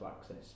access